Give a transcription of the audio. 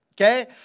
okay